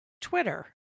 Twitter